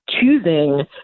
choosing